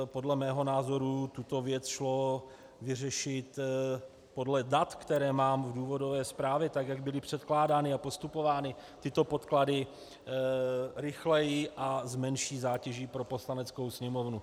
Podle mého názoru tuto věc šlo vyřešit podle dat, která mám v důvodové zprávě, tak jak byly předkládány a postupovány tyto podklady, rychleji a s menší zátěží pro Poslaneckou sněmovnu.